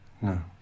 No